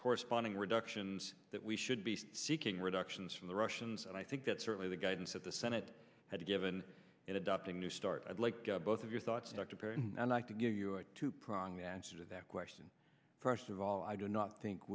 corresponding reductions that we should be seeking reductions from the russians and i think that certainly the guidance that the senate has given in adopting new start i'd like both of your thoughts in october and i to give you a two prong answer to that question first of all i do not think